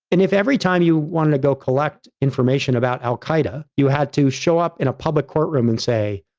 and if every time you wanted to go collect information about al qaeda, you had to show up in a public courtroom and say,